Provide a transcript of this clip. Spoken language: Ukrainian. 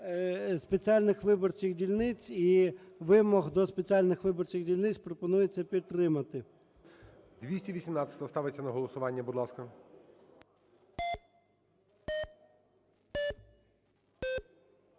спеціальних виборчих дільниць і вимог до спеціальних виборчих дільниць. Пропонується підтримати.